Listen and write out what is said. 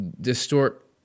distort